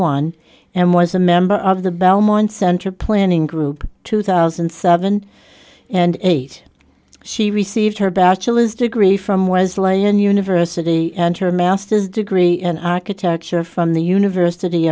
one and was a member of the belmont center planning group two thousand and seven and eight she received her bachelor's degree from was layin university and her master's degree in architecture from the university